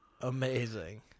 Amazing